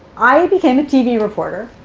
i became a tv reporter.